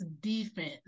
defense